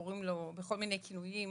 קוראים לו בכל מיני כינויים,